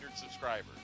subscribers